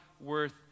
worth